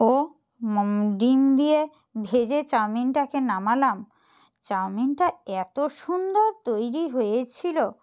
ও ডিম দিয়ে ভেজে চাউমিনটাকে নামালাম চাউমিনটা এতো সুন্দর তৈরি হয়েছিলো